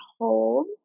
hold